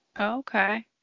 Okay